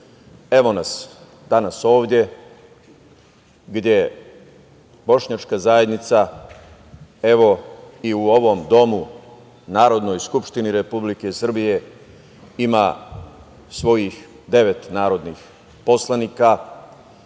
evo nas danas ovde gde bošnjačka zajednica, evo, i u ovom domu, Narodnoj skupštini Republike Srbije, ima svojih devet narodnih poslanika,